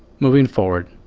moving forward,